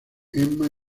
emma